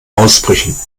ausbrüchen